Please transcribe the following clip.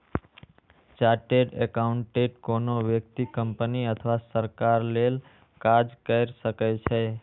chartered accountant कोनो व्यक्ति, company अथवा सरकार लेल काज कैर सकै छै